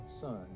son